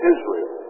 Israel